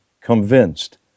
convinced